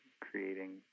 creating